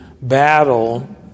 battle